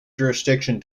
jurisdiction